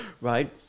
right